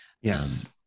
Yes